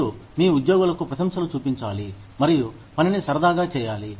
మీరు మీ ఉద్యోగులకు ప్రశంసలు చూపించాలి మరియు పనిని సరదాగా చేయాలి